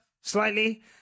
slightly